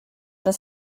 das